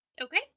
Okay